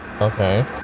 Okay